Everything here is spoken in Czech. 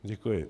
Děkuji.